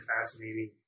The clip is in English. fascinating